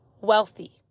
wealthy